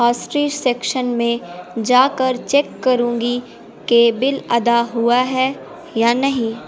آسٹری section میں جا کر چیک کروں گی کہ بل ادا ہوا ہے یا نہیں